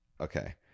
okay